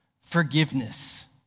forgiveness